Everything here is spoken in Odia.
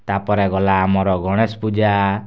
ତା'ର୍ପରେ ଗଲା ଆମର୍ ଗଣେଶ୍ ପୂଜା